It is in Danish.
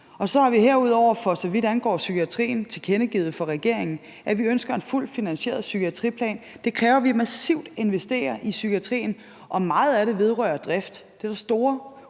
Og så har vi herudover, for så vidt angår psykiatrien, tilkendegivet fra regeringens side, at vi ønsker en fuldt finansieret psykiatriplan. Det kræver, at vi massivt investerer i psykiatrien, og meget af det vedrører drift; det er der store